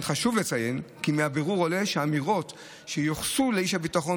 חשוב לציין כי מהבירור עולה שאמירות שיוחסו לאיש הביטחון